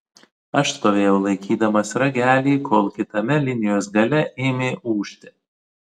aš stovėjau laikydamas ragelį kol kitame linijos gale ėmė ūžti